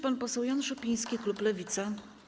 Pan poseł Jan Szopiński, klub Lewica.